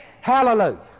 Hallelujah